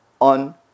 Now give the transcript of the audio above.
on